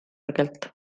kõrgelt